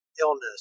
illness